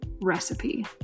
recipe